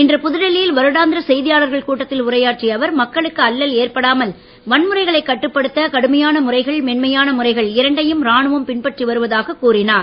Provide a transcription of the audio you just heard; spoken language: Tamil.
இன்று புதுடெல்லியில் வருடாந்திர செய்தியாளர்கள் கூட்டத்தில் உரையாற்றிய அவர் மக்களுக்கு அல்லல் ஏற்படாமல் வன்முறைகளை கட்டுப்படுத்த கடுமையான முறைகள் மென்மையான முறைகள் இரண்டையும் ராணுவம் பின்பற்றி வருவதாக கூறினார்